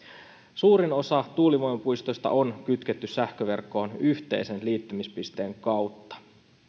suurin osa tuulivoimapuistoista on kytketty sähköverkkoon yhteisen liittymispisteen kautta ja